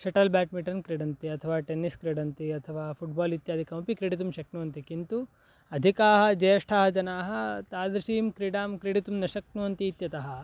shuttle badminton क्रीडन्ति अथवा tennis क्रीडन्ति अथवा फ़ुट्बाल् इत्यादिकमपि क्रीडितुं शक्नुवन्ति किन्तु अधिकाः ज्येष्ठाः जनाः तादृशीं क्रीडां क्रीडितुं न शक्नुवन्ति इत्यतः